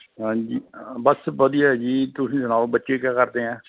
ਹਾਂਜੀ ਬਸ ਵਧੀਆ ਜੀ ਤੁਸੀਂ ਸੁਣਾਓ ਬੱਚੇ ਕੀ ਕਰਦੇ ਹੈ